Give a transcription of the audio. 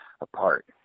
apart